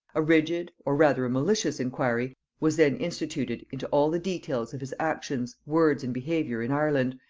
a rigid or rather a malicious inquiry was then instituted into all the details of his actions, words and behaviour in ireland,